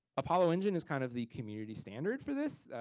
apollo engine is kind of the community standard for this.